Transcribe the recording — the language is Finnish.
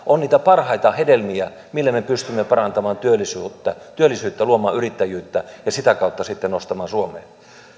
kanssa on niitä parhaita hedelmiä millä me pystymme parantamaan työllisyyttä työllisyyttä luomaan yrittäjyyttä ja sitä kautta sitten nostamaan suomea